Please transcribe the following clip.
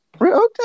Okay